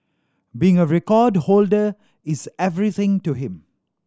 being a record holder is everything to him